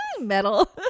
Metal